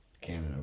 Canada